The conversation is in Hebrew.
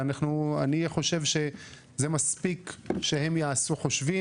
אני חושב שזה מספיק שהם יעשו חושבים